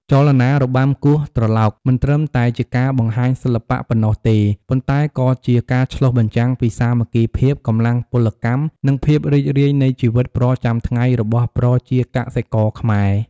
ចលនារបាំគោះត្រឡោកមិនត្រឹមតែជាការបង្ហាញសិល្បៈប៉ុណ្ណោះទេ ប៉ុន្តែក៏ជាការឆ្លុះបញ្ចាំងពីសាមគ្គីភាព កម្លាំងពលកម្ម និងភាពរីករាយនៃជីវិតប្រចាំថ្ងៃរបស់ប្រជាកសិករខ្មែរ។